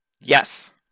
Yes